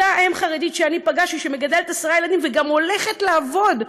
אותה אם חרדית שפגשתי מגדלת עשרה ילדים וגם הולכת לעבוד.